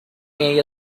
ella